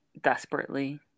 desperately